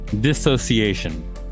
Dissociation